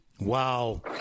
Wow